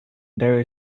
there